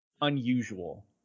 unusual